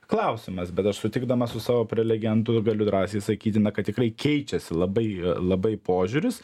klausimas bet aš sutikdamas su savo prelegentu galiu drąsiai sakyt na kad tikrai keičiasi labai labai požiūris